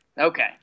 Okay